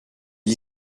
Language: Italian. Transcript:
gli